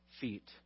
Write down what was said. feet